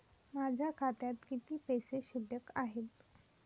माझ्या खात्यात किती पैसे शिल्लक आहेत?